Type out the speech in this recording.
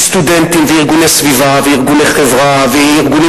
סטודנטים וארגוני סביבה וארגוני חברה וארגונים